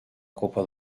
copa